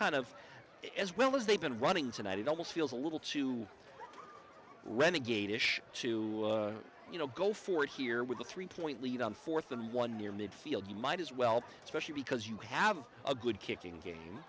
kind of as well as they've been running tonight it almost feels a little too renegade ish to you know go forward here with a three point lead on fourth and one near midfield you might as well especially because you have a good kicking game